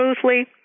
smoothly